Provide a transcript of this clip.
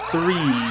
Three